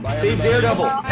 but save daredevil,